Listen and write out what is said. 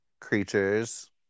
creatures